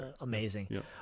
amazing